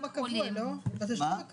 אני רוצה לשמוע אותם.